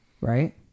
right